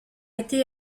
été